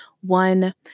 one